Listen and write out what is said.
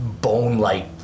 bone-like